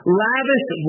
lavish